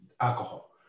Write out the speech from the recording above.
alcohol